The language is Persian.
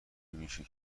میشه